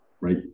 right